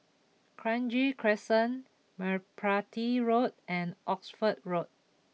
Kranji Crescent Merpati Road and Oxford Road